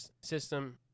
system